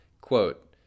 Quote